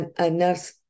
enough